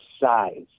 size